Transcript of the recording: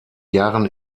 jahren